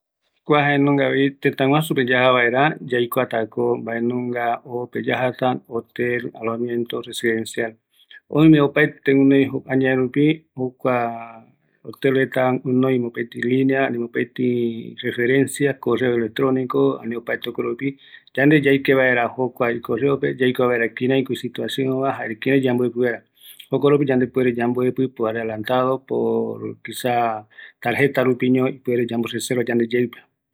Yayapo vaera kua, jare yambojɨrɨ vaera cuarto mopeti hotelpe, jaeko oimeta guinoi lenea, internet rupu yayapo vaera, jukurai oime vaera añeteterupi, öimetako intrnet ñanoi